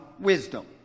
wisdom